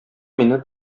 мине